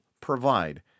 provide